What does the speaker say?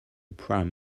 prime